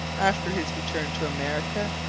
after his return to america,